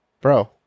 Bro